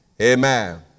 Amen